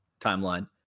timeline